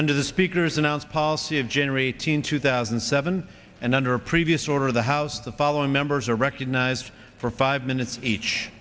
under the speaker's announced policy of generating two thousand and seven and under a previous order of the house the following members are recognized for five minutes each